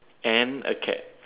and a cat